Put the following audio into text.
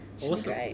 awesome